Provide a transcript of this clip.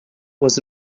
was